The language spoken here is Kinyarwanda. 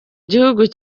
gihugu